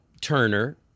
Turner